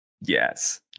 yes